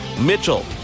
Mitchell